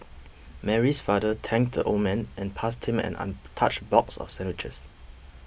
Mary's father thanked the old man and passed him an untouched box of sandwiches